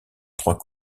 trois